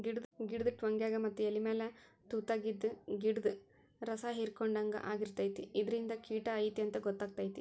ಗಿಡದ ಟ್ವಂಗ್ಯಾಗ ಮತ್ತ ಎಲಿಮ್ಯಾಲ ತುತಾಗಿದ್ದು ಗಿಡ್ದ ರಸಾಹಿರ್ಕೊಡ್ಹಂಗ ಆಗಿರ್ತೈತಿ ಇದರಿಂದ ಕಿಟ ಐತಿ ಅಂತಾ ಗೊತ್ತಕೈತಿ